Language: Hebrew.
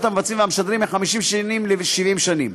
המבצעים והמשדרים מ-50 שנים ל-70 שנים.